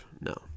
no